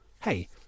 hey